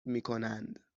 میکنند